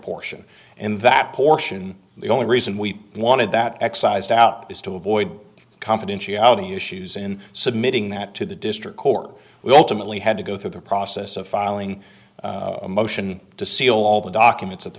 portion and that portion the only reason we wanted that excised out is to avoid confidentiality issues in submitting that to the district court we ultimately had to go through the process of filing a motion to seal all the documents of the